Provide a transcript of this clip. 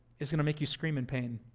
is going to make you scream in pain.